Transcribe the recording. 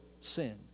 sin